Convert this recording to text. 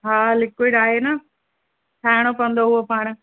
हा लिक्विड आहे न ठाहिणो पवंदो उहो पाण